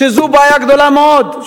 שזו בעיה גדולה מאוד,